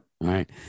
Right